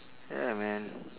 ya man